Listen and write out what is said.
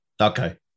Okay